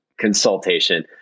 consultation